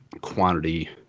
quantity